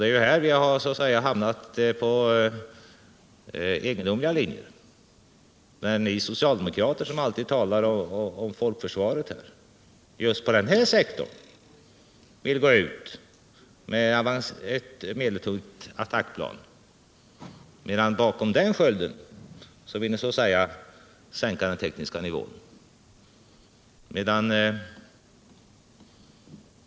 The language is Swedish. Det är här vi så att säga har hamnat på egendomliga linjer. Ni socialdemokrater, som alltid talar om folkförsvaret, vill på den här sektorn gå ut med ett medeltungt attack plan, men bakom den skölden vill ni så att säga sänka den tekniska nivån.